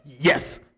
Yes